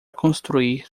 construir